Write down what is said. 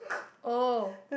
oh